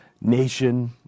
nation